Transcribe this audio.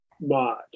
mod